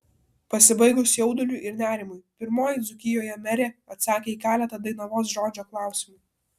pasibaigus jauduliui ir nerimui pirmoji dzūkijoje merė atsakė į keletą dainavos žodžio klausimų